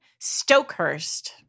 Stokehurst